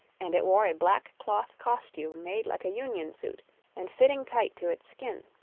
and it wore a black cloth costume made like a union suit and fitting tight to its skin.